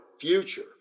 future